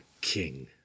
king